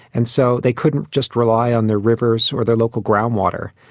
and so they couldn't just rely on their rivers or their local groundwater.